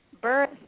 birth